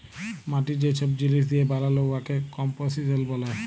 মাটি যে ছব জিলিস দিঁয়ে বালাল উয়াকে কম্পসিশল ব্যলে